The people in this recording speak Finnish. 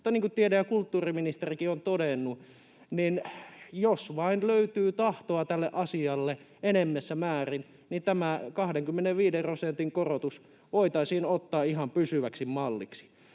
kuin tiede- ja kulttuuriministerikin on todennut, niin jos vain löytyy tahtoa tälle asialle enemmässä määrin, tämä 25 prosentin korotus voitaisiin ottaa ihan pysyväksi malliksi.